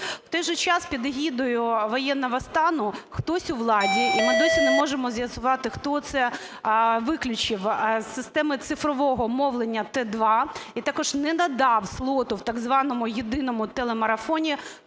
В той же час, під егідою воєнного стану, хтось у владі, і ми досі не можемо з'ясувати хто це, виключив з системи цифрового мовлення Т2 і також не надав слоту в так званому єдиному телемарафоні